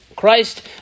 Christ